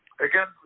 Again